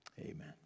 amen